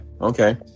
Okay